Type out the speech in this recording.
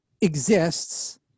exists